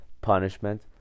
punishment